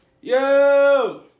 Yo